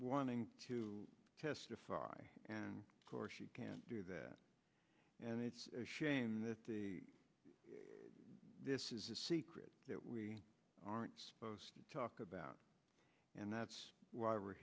wanting to testify and of course you can't do that and it's a shame that this is a secret that we aren't supposed to talk about and that's why we're